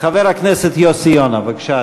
חבר הכנסת יוסי יונה, בבקשה,